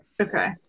okay